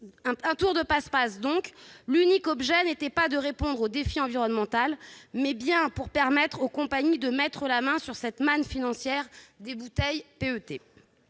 Un tour de passe-passe dont l'unique objet était non pas de répondre au défi environnemental, mais bien de permettre aux compagnies de mettre la main sur cette manne financière des bouteilles en PET.